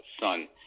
son